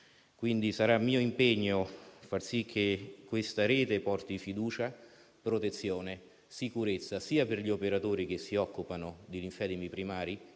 cure. Sarà mio impegno far sì che questa rete porti fiducia, protezione e sicurezza per gli operatori (che si occupano di linfedemi primari,